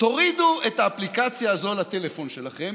תורידו את האפליקציה הזאת לטלפון שלכם,